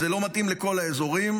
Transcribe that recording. זה לא מתאים לכל האזורים,